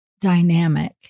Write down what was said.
dynamic